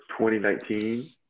2019